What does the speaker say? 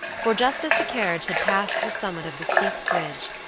for just as the carriage had passed the summit of the steep bridge,